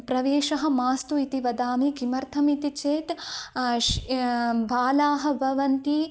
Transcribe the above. प्रवेशः मास्तु इति वदामि किमर्थम् इति चेत् श् बालाः भवन्ति